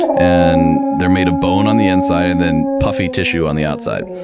and they're made of bone on the inside and then puffy tissue on the outside.